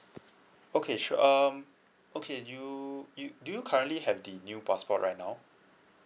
okay sure um okay you you do you currently have the new passport right now